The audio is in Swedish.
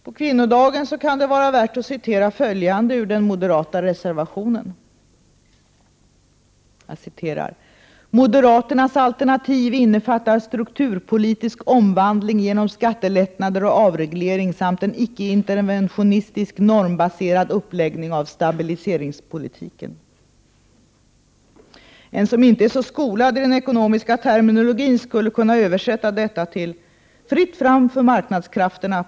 På kvinnodagen kan det vara värt att citera följande ur den moderata reservationen: ”Moderaternas alternativ innefattar strukturpolitisk omvandling genom skattelättnader och avreglering samt en ickeinterventionistisk, normbaserad uppläggning av stabiliseringspolitiken.” En som inte är så skolad i den ekonomiska terminologin skulle kunna översätta detta till: ”Fritt fram för marknadskrafterna.